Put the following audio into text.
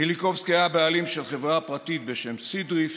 מיליקובסקי היה הבעלים של חברה פרטית בשם סידריפט,